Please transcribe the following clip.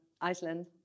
Iceland